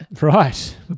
Right